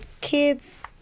kids